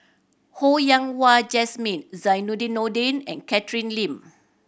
Ho Yen Wah Jesmine Zainudin Nordin and Catherine Lim